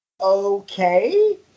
okay